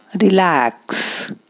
Relax